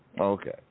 Okay